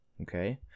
okay